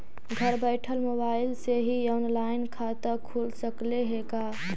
घर बैठल मोबाईल से ही औनलाइन खाता खुल सकले हे का?